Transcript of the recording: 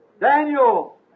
Daniel